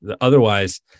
Otherwise